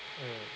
mm